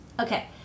okay